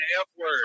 F-word